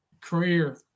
career